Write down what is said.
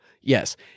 yes